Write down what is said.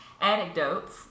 anecdotes